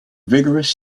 vigorous